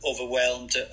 overwhelmed